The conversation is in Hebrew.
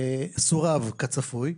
סורב כצפוי.